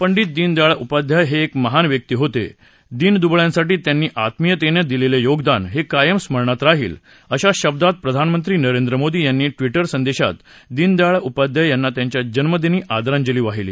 पंडित दीनदयाळ उपाध्याय हे एक महान व्यक्ती होते दीनदुबळ्यांसाठी त्यांनी आत्मीयतेनं दिलेलं योगदान हे कायम स्मरणात राहील अशा शब्दात प्रधानमंत्री नरेंद्र मोदी यांनी त्यांच्या ट्विटर संदेशात दीनदयाळ उपाध्याय यांना त्यांच्या जन्मदिनी आदरांजली वाहिली